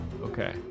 Okay